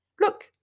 Look